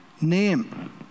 name